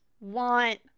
want